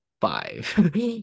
five